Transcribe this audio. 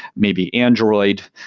maybe android,